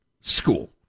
school